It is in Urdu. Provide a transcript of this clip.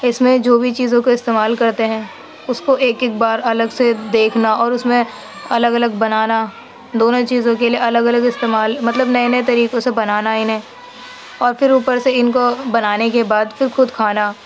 اس میں جو بھی چیزوں کو استعمال کرتے ہیں اس کو ایک ایک بار الگ سے دیکھنا اور اس میں الگ الگ بنانا دونوں چیزوں کے لیے الگ الگ استعمال مطلب نئے نئے طریقوں سے بنانا انہیں اور پھر اوپر سے ان کو بنانے کے بعد پھر خود کھانا